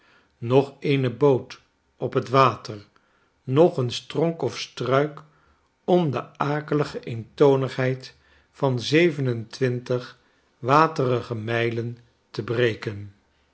noch eene boot op het water noch een stronk of struik om de akelige eentonigheid van zeven en twintig waterige mijlen te breken